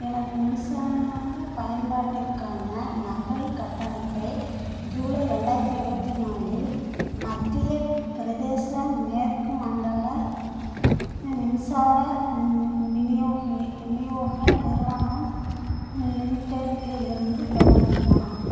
எனது மின்சாரப் பயன்பாட்டிற்கான நகல் கட்டணத்தை ஜூலை ரெண்டாயிரத்தி இருபத்தி நாலில் மத்தியப் பிரதேச மேற்கு மண்டல மின்சார விநியோக விநியோக நிறுவனம் லிமிட்டெடிலிலிருந்து பெற முடியுமா